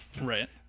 Right